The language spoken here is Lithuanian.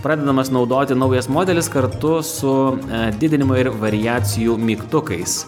pradedamas naudoti naujas modelis kartu su didinimo ir variacijų mygtukais